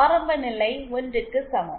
ஆரம்பநிலைக்கு 1 க்கு சமம்